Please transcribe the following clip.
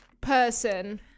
person